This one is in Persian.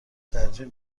ترجیح